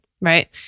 right